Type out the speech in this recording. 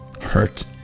hurt